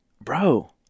Bro